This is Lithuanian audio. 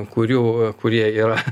kurių kurie yra